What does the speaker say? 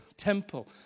temple